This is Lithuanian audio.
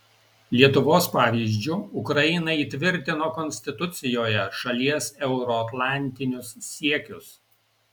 lietuvos pavyzdžiu ukraina įtvirtino konstitucijoje šalies euroatlantinius siekius